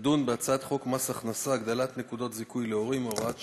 תדון בהצעת חוק מס הכנסה (הגדלת נקודות זיכוי להורים) (הוראת שעה),